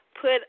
put